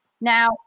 Now